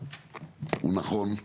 הוא נכון,